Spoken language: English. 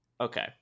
Okay